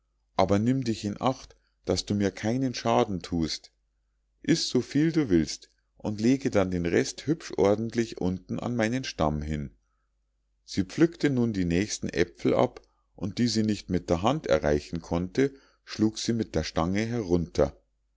aber nimm dich in acht daß du mir keinen schaden thust iß so viel du willst und lege dann den rest hübsch ordentlich unten an meinen stamm hin sie pflückte nun die nächsten äpfel ab und die sie nicht mit der hand erreichen konnte schlug sie mit der stange herunter